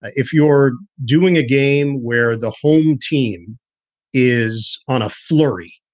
if you're doing a game where the home team is on a flurry,